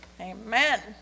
Amen